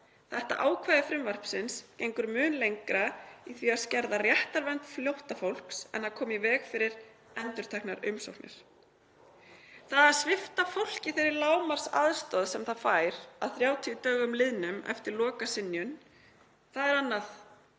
Þetta ákvæði frumvarpsins gengur mun lengra í því að skerða réttarvernd flóttafólks en að koma í veg fyrir endurteknar umsóknir. Það að svipta fólk þeirri lágmarksaðstoð sem það fær að 30 dögum liðnum eftir lokasynjun er annað